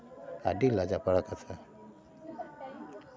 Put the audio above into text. ᱟᱹᱰᱤ ᱞᱟᱡᱟᱯᱟᱲᱟ ᱠᱟᱛᱷᱟ